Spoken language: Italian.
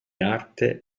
arte